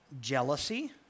jealousy